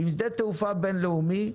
עם שדה תעופה בין לאומי,